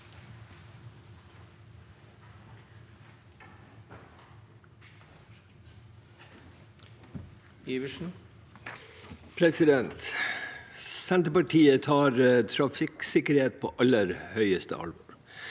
Senterpartiet tar trafikksikkerhet på aller høyeste alvor.